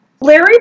Larry